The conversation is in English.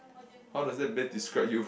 how does that best describe you